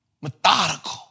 methodical